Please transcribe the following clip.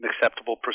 acceptable